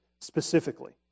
specifically